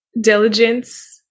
diligence